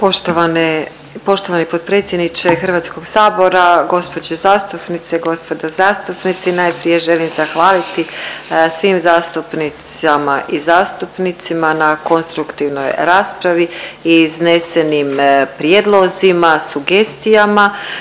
poštovani potpredsjedniče HS, gospođe zastupnice, gospodo zastupnici, najprije želim zahvaliti svim zastupnicama i zastupnicima na konstruktivnoj raspravi i iznesenim prijedlozima, sugestijama,